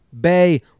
Bay